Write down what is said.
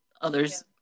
others